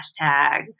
hashtag